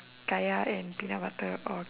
kaya and peanut butter or